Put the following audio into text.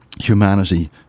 humanity